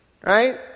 right